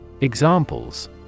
Examples